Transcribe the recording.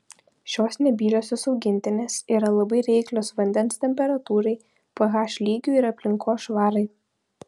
šios nebyliosios augintinės yra labai reiklios vandens temperatūrai ph lygiui ir aplinkos švarai